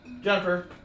Jennifer